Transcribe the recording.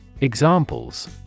Examples